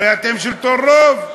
הרי אתם שלטון רוב,